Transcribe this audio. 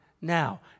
now